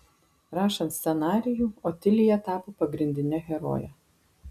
rašant scenarijų otilija tapo pagrindine heroje